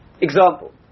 Example